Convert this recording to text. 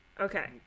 Okay